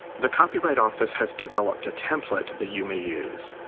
the copyright office has developed a template that you may use.